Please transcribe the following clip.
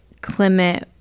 Clement